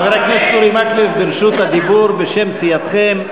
חבר הכנסת אורי מקלב ברשות הדיבור בשם סיעתכם.